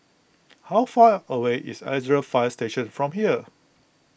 how far away is Alexandra Fire Station from here